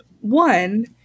one